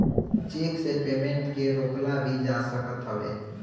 check से payment के रोकल भी जा सकत हवे